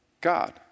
God